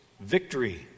victory